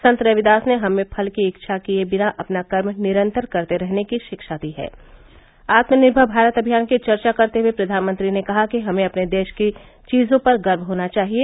संत रविदास ने हमें फल की इच्छा किये बिना अपना कर्म निरन्तर करते रहने की शिक्षा दी है आत्मनिर्भर भारत अभियान की चर्चा करते हुए प्रधानमंत्री ने कहा कि हमें अपने देश की चीजों पर गर्व होना चाहिए